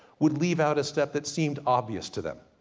would leave out a step that seemed obvious to them.